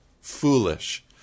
foolish